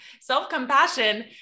self-compassion